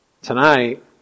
Tonight